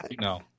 No